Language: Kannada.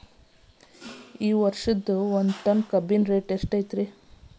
ಈ ವರ್ಷ ಒಂದ್ ಟನ್ ಕಬ್ಬಿನ ರೇಟ್ ಎಷ್ಟು?